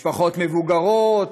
משפחות מבוגרות.